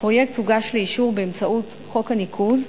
הפרויקט הוגש לאישור באמצעות חוק הניקוז,